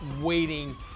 waiting